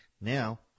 Now